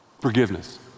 Forgiveness